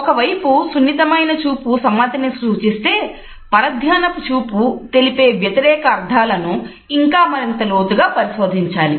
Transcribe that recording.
ఒకవైపు సున్నితమైన చూపు సమ్మతిని సూచిస్తే పరధ్యానపుచూపు తెలిపే వ్యతిరేక అర్ధాలను ఇంకా మరింత లోతుగా పరిశోధించాలి